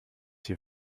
hier